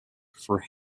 for